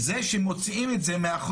שזה שמוציאים את זה מהחוק.